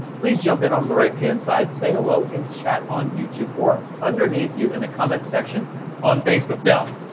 please jump in on the right hand side. say hello in chat on youtube or underneath you in the comment section on facebook. now,